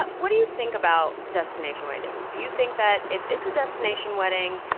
what do you think about destination weddings? do you think that if it's a destination wedding,